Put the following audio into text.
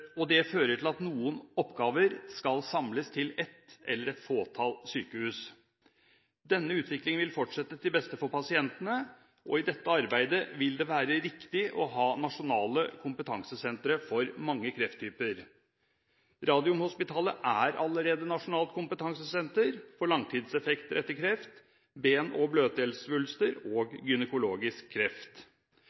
og det fører til at noen oppgaver skal samles til ett eller et fåtall sykehus. Denne utviklingen vil fortsette til beste for pasientene, og i dette arbeidet vil det være riktig å ha nasjonale kompetansesentre for mange krefttyper. Radiumhospitalet er allerede nasjonalt kompetansetjenester for langtidseffekter etter kreft, bein- og bløtdelssvulster og gynekologisk kreft.